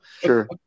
Sure